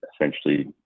essentially